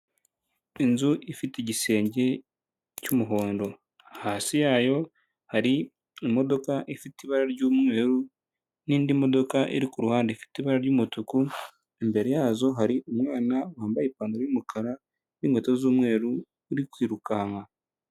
Inzu ifite igisenge cy'umuhondo, hasi yayo hari imodoka ifite ibara ry'umweru n'indi modoka iri ku ruhande ifite ibara ry'umutuku, imbere yazo hari umwana wambaye ipantaro y'umukara n'inkweto z'umweru uri kwirukanka.